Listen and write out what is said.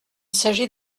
s’agit